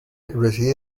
reside